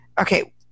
Okay